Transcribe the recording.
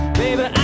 baby